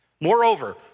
Moreover